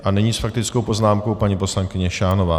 A nyní s faktickou poznámkou paní poslankyně Šánová.